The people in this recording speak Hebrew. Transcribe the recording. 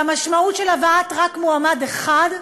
והמשמעות של הבאת רק מועמד אחד,